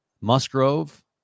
Musgrove